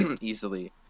easily